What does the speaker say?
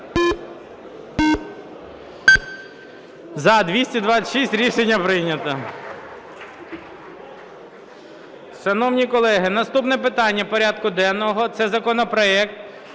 За-213 Рішення прийнято.